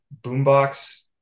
boombox